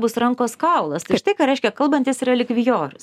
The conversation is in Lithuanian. bus rankos kaulas tai štai ką reiškia kalbantis relikvijorius